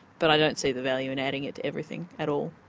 but i don't see the value in adding it to everything at all.